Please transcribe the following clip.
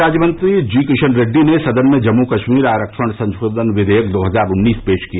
गृह राज्यमंत्री जी किशन रेड्डी ने सदन में जम्मू कश्मीर आरक्षण संशोधन विधेयक दो हजार उन्नीस पेश किया